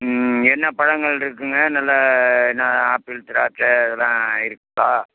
என்ன பழங்கள் இருக்குதுங்க நல்ல என்ன ஆப்பிள் திராட்சை இதெல்லாம் இருக்கா